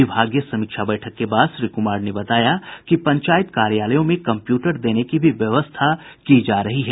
विभागीय समीक्षा बैठक के बाद श्री कुमार ने बताया कि पंचायत कार्यालयों में कम्प्यूटर देने की भी व्यवस्था की जा रही है